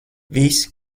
visi